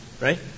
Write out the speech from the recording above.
right